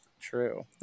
True